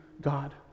God